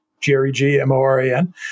G-R-E-G-M-O-R-A-N